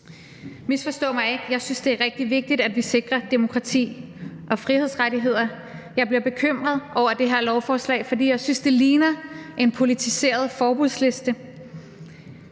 Misforstå mig ikke, for jeg synes, det er rigtig vigtigt, at vi sikrer demokrati og frihedsrettigheder, men jeg bliver bekymret over det her lovforslag, for jeg synes, det ligner en politiseret forbudsliste,